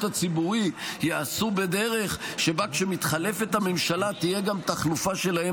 הציבורי ייעשו בדרך שבה כשמתחלפת הממשלה תהיה גם תחלופה שלהם,